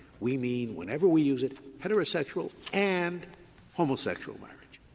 we mean, whenever we use it, heterosexual and homosexual marriage.